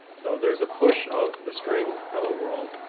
so there is a push of the string hello world,